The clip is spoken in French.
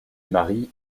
marie